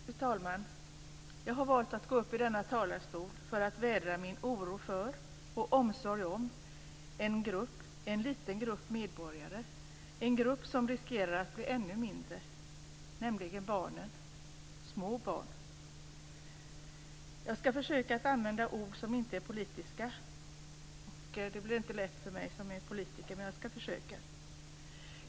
Fru talman! Jag har valt att gå upp i denna talarstol för att vädra min oro för och omsorg om en liten grupp medborgare som riskerar att bli ännu mindre, nämligen småbarnen. Jag skall försöka att använda ord som inte är politiska. Det blir inte lätt för mig som är politiker, men jag skall försöka.